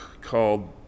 called